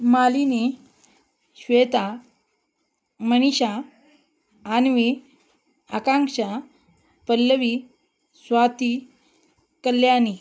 Malini Shweta Manisha Anvi Akanksha Pallavi Swati Kalyani